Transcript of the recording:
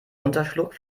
runterschluckt